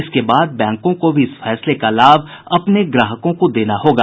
इसके बाद बैंकों को भी इस फैसले का लाभ अपने ग्राहकों को देना होगा